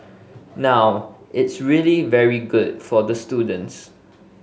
now it's really very good for the students